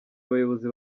abayobozi